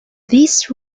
this